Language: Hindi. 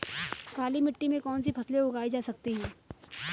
काली मिट्टी में कौनसी फसलें उगाई जा सकती हैं?